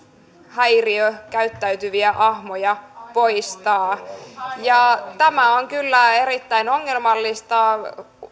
häiriökäyttäytyviä ahmoja poistaa tämä on kyllä erittäin ongelmallista